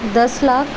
दस लाख